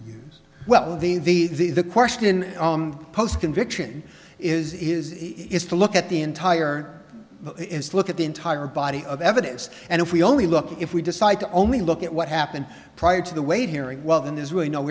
reviews well these the question post conviction is is is to look at the entire it's look at the entire body of evidence and if we only look if we decide to only look at what happened prior to the way hearing well then there's really no